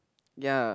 ya